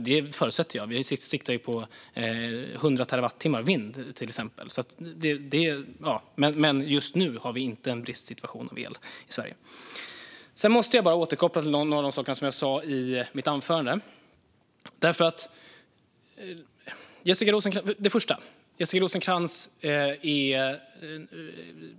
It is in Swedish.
Det förutsätter jag. Vi siktar till exempel på 100 terawattimmar vindel. Men just nu har vi inte någon bristsituation för el i Sverige. Jag måste också få återkoppla till några av de saker som jag sa i mitt anförande. Först och främst är Jessica Rosencrantz